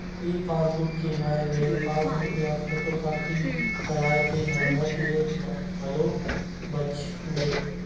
ई passbook के आए ले पासबूक ल फोटूकापी कराए के झंझट ले घलो बाच गे